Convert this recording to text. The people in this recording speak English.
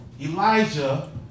elijah